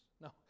No